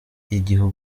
leta